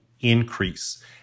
increase